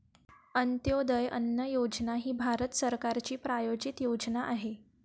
अंत्योदय अन्न योजना ही भारत सरकारची प्रायोजित योजना आहे